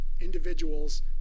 individuals